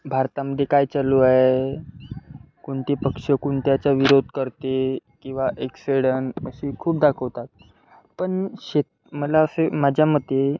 भारतामध्ये काय चालू आहे कोणते पक्ष कोणत्याचा विरोध करते किंवा एक्सेड्यांपाशी खूप दाखवतात पण शेत मला असे माझ्या मते